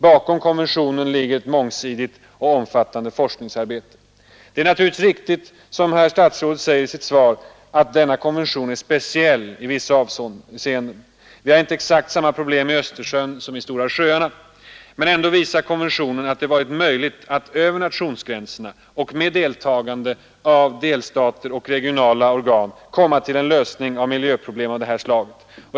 Bakom konventionen ligger ett mångsidigt och omfattande forskningsarbete. Det är naturligtvis riktigt som herr statsrådet säger i sitt svar att denna konvention är speciell i vissa avseenden. Vi har inte exakt samma problem i Östersjön som i De stora sjöarna. Men ändå visar konventionen att det varit möjligt att över nationsgränserna — och med deltagande av delstater och regionala organ — komma till en lösning av miljöproblem av det här slaget.